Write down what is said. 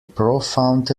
profound